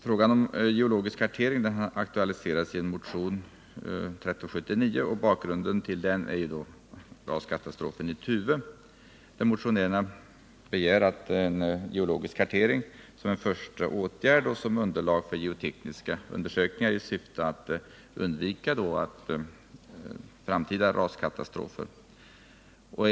Frågan om geologisk kartering har aktualiserats i motionen 1379. Bakgrunden till den är raskatastrofen i Tuve. Motionärerna begär en geologisk kartering som en första åtgärd och som underlag för geotekniska undersökningar i syfte att undvika framtida raskatastrofer.